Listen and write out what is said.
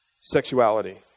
Sexuality